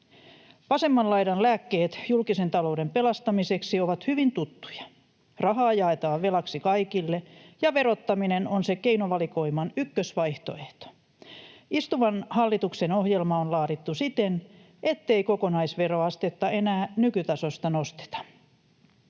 Vasemman laidan lääkkeet julkisen talouden pelastamiseksi ovat hyvin tuttuja: rahaa jaetaan velaksi kaikille, ja verottaminen on se keinovalikoiman ykkösvaihtoehto. Istuvan hallituksen ohjelma on laadittu siten, ettei kokonaisveroastetta enää nykytasosta nosteta.